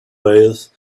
veils